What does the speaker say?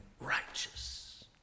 righteous